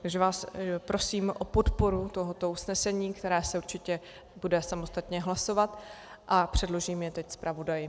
Takže vás prosím o podporu tohoto usnesení, které se určitě bude samostatně hlasovat, a předložím je teď zpravodaji.